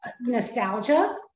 nostalgia